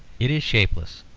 it is shapeless,